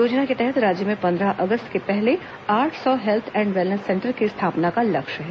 योजना के तहत राज्य में पंद्रह अगस्त के पहले आठ सौ हेल्थ एंड वेलनेस सेंटर की स्थापना का लक्ष्य है